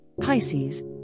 Pisces